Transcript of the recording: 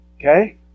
Okay